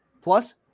Plus